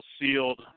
sealed